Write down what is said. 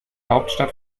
hauptstadt